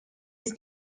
jest